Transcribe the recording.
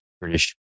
British